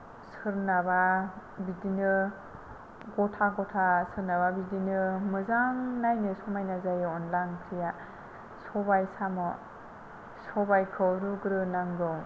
सोरनाबा बिदिनो गथा गथा सोरनाबा बिदिनो मोजां नायनो समायना जायो अनला ओंख्रिया सबाय साम' सबायखौ रुग्रोनांगौ